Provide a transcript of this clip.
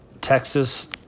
Texas